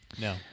no